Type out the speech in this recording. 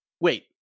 Wait